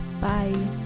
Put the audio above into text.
Bye